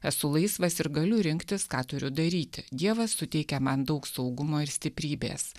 esu laisvas ir galiu rinktis ką turiu daryti dievas suteikia man daug saugumo ir stiprybės